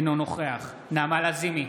אינו נוכח נעמה לזימי,